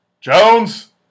Jones